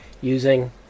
using